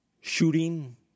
shooting